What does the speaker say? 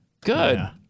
Good